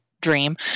dream